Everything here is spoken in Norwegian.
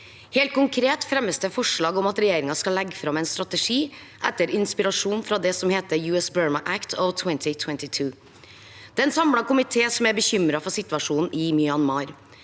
Helt konkret fremmes det forslag om at regjeringen skal legge fram en strategi etter inspirasjon fra det som heter US Burma Act of 2022. Det er en samlet komité som er bekymret for situasjonen i Myanmar.